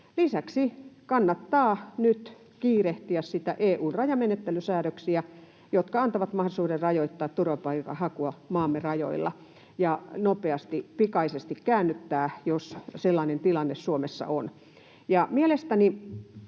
Lisäksi kannattaa nyt kiirehtiä EU:n rajamenettelysäädöksiä, jotka antavat mahdollisuuden rajoittaa turvapaikan hakua maamme rajoilla ja nopeasti, pikaisesti käännyttää, jos sellainen tilanne Suomessa on. Mielestäni